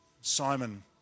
Simon